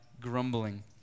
grumbling